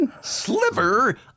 sliver